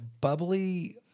bubbly